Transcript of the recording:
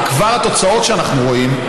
התוצאות שאנחנו כבר רואים: